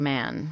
Man